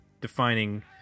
defining